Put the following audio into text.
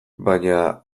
baina